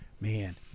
man